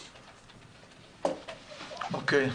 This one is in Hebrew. אוקיי.